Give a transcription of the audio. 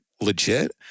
legit